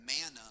manna